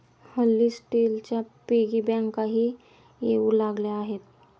हल्ली स्टीलच्या पिगी बँकाही येऊ लागल्या आहेत